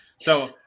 So-